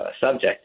subject